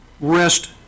rest